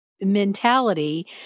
mentality